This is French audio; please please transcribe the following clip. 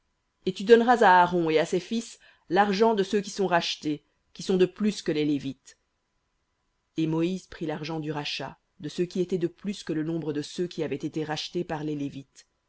et tu donneras à aaron et à ses fils l'argent de ceux qui sont rachetés qui sont de plus que les et moïse prit l'argent du rachat de ceux qui étaient de plus que le nombre de ceux qui avaient été rachetés par les